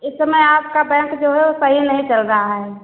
इस समय आपका बैंक जो है वह सही नहीं चल रहा है